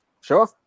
Sure